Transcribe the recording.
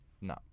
no